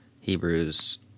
Hebrews